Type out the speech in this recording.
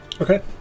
Okay